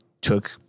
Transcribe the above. took